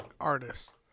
artists